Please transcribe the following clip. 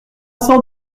cent